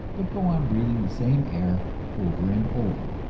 but go on breathing the same air over and over,